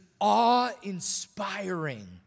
awe-inspiring